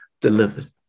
delivered